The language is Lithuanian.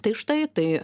tai štai tai